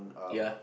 ya